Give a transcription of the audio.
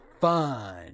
fun